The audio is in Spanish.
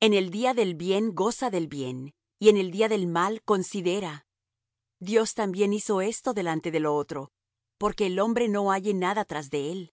en el día del bien goza del bien y en el día del mal considera dios también hizo esto delante de lo otro porque el hombre no halle nada tras de él